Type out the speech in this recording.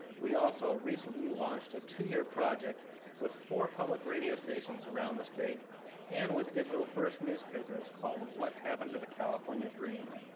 we also recently launched a two-year project with four public radio stations around the state and with digital first newspapers, called what happened to the california dream?